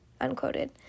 Unquoted